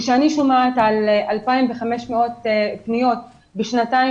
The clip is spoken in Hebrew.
כשאני שומעת על 2,500 פניות בשנתיים,